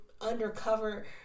undercover